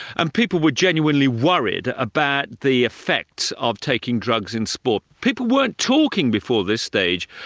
and people were genuinely worried about the effects of taking drugs in sport. people weren't talking before this stage,